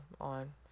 on